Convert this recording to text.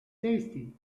tasty